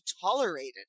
tolerated